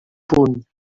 punt